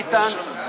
ביטן.